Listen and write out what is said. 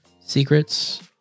Secrets